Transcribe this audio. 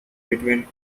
between